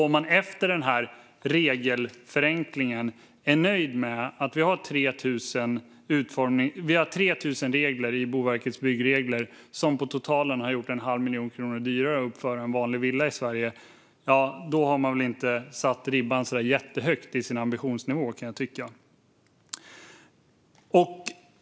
Om man efter "regelförenklingen" är nöjd med att Boverket har 3 000 byggregler som på totalen har gjort det en halv miljon kronor dyrare att uppföra en vanlig villa i Sverige har man inte satt ribban jättehögt i sin ambitionsnivå, kan jag tycka.